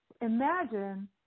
Imagine